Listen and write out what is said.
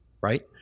right